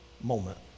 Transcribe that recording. moment